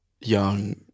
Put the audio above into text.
young